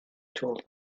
told